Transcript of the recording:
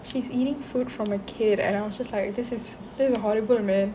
she's eating food from a kid and I was just like this is this is horrible man